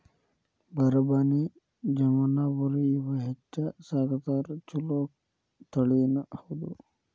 ಬರಬಾನಿ, ಜಮನಾಪುರಿ ಇವ ಹೆಚ್ಚ ಸಾಕತಾರ ಚುಲೊ ತಳಿನಿ ಹೌದ